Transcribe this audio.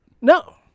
No